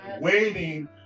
Waiting